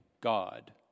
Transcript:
God